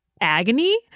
agony